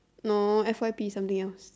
no f_y_p is something else